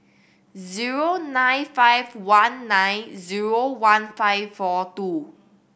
zero nine five one nine zero one five four two